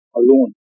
alone